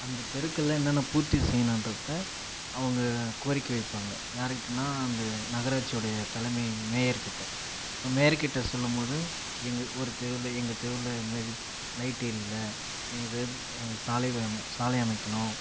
அந்தத் தெருக்களில் என்னென்ன பூர்த்தி செய்யணுன்றத அவங்க கோரிக்கை வைப்பாங்க யாருக்கிட்டனா அந்த நகராட்சி உடைய தலைமை மேயர்க்கிட்ட இப்போ மேயர்க்கிட்ட சொல்லும் போது எங்கள் ஒரு தெரு எங்கள் தெருவில் இதுமாதிரி லைட்டு எரியாவில் எங்கள் தெரு சாலை சாலை அமைக்கணும்